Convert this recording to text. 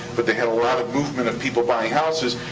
but they had a lot of movement of people buying houses,